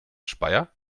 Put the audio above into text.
speyer